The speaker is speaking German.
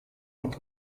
und